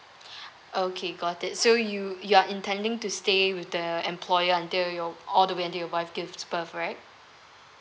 okay got it so you you are intending to stay with the employer until your all the way until your wife gives birth right